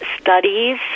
studies